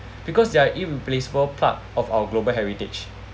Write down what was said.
because they are irreplaceable part of our global heritage